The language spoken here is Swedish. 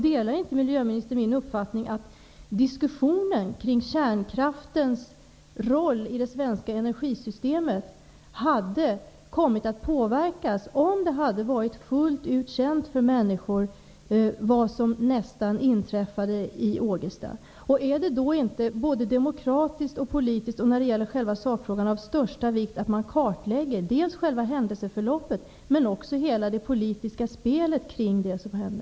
Delar inte miljöministern min uppfattning att diskussionen kring kärnkraftens roll i det svenska energisystemet hade kommit att påverkas om det hade varit fullt ut känt för människor vad som nästan inträffade i Ågesta? Är det då inte både demokratiskt och politiskt och när det gäller själva sakfrågan av största vikt att man kartlägger dels själva händelseförloppet, dels hela det politiska spelet kring det som hände?